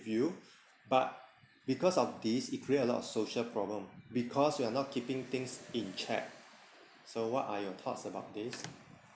you but because of this it create a lot of social problem because we are not keeping things in check so what are your thoughts about this